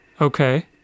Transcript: okay